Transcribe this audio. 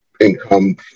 income